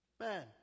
man